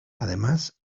además